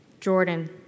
Jordan